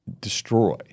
destroy